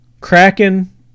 Kraken